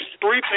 three